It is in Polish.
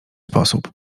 sposób